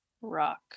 rock